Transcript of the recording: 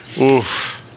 Oof